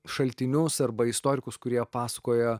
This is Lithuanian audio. šaltinius arba istorikus kurie pasakoja